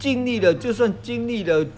经历了就算经历了